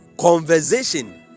conversation